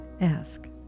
Ask